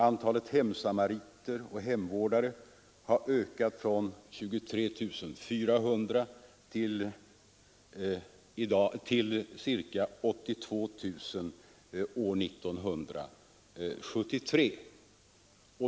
Antalet hemsamariter och hemvårdare har ökat från 23 400 till ca 82 000 år 1973.